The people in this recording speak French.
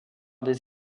des